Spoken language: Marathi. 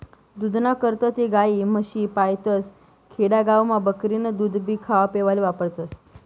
दूधना करता ते गायी, म्हशी पायतस, खेडा गावमा बकरीनं दूधभी खावापेवाले वापरतस